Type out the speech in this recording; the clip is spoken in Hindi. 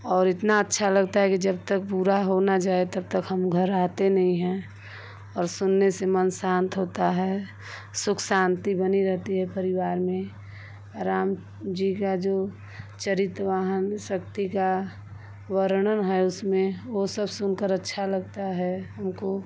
और इतना अच्छा लगता है कि जब तक पूरा हो ना जाए तब तक हम घर आते नहीं हैं और सुनने से मन शांत होता है सुख शांति बनी रहती है परिवार में राम जी का जो चरितवाहन शक्ति का वर्णन है उसमें ओ सब सुन कर अच्छा लगता है हमको